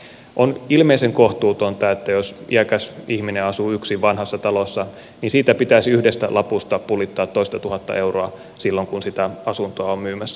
on ilmeisen kohtuutonta että jos iäkäs ihminen asuu yksin vanhassa talossa niin pitäisi yhdestä lapusta pulittaa toistatuhatta euroa silloin kun sitä asuntoa on myymässä